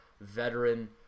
veteran